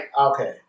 okay